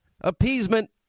Appeasement